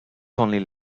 only